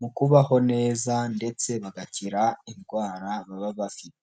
mu kubaho neza ndetse bagakira indwara baba bafite.